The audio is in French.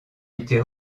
été